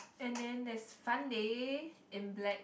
and then there is fun day in black